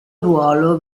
ruolo